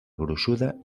gruixuda